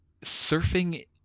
surfing